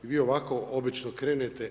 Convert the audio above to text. Vi ovako obično krenete.